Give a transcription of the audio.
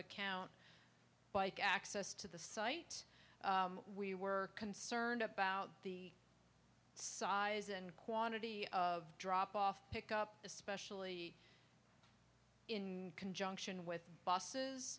account bike access to the site we were concerned about the size and quantity of drop off pick up especially in conjunction with buses